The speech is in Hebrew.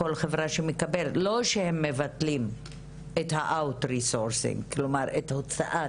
הייתה שהם מבטלים את האאוטסורסינג, כלומר את הוצאת